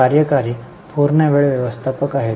कार्यकारी पूर्णवेळ व्यवस्थापक आहेत